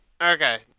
Okay